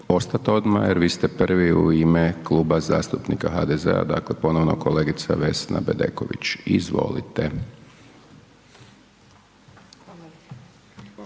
ostat odma jer vi ste prvi u ime Kluba zastupnika HDZ-a, dakle ponovno kolegica Vesna Bedeković, izvolite.